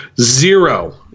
Zero